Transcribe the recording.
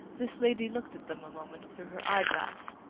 this lady looked at them a moment through her eyeglass,